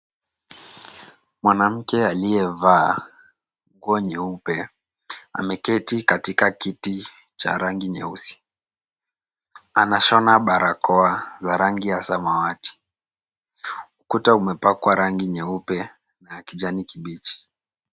Mwanamke aliyevaa nguo nyeupe ameketi katika kiti cha rangi nyeusi. Anashona barakoa za rangi ya samawati. Ukuta umepakwa rangi nyeupe na kijani kibichi.